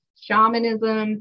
shamanism